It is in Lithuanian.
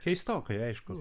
keistokai aišku